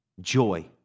joy